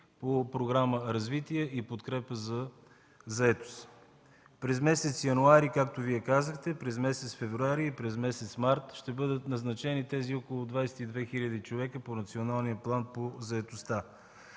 По Програма „Развитие” и „Подкрепа за заетост” през месец януари, както Вие казахте, през месец февруари и месец март ще бъдат назначени тези около 22 хиляди човека по Националния план по заетостта.